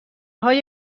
های